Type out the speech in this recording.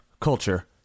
Culture